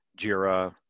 Jira